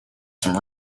some